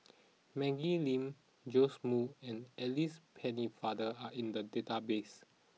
Maggie Lim Joash Moo and Alice Pennefather are in the database